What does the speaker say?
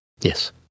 Yes